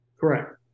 Correct